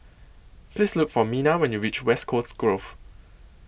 Please Look For Minna when YOU REACH West Coast Grove